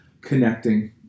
connecting